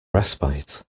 respite